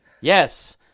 Yes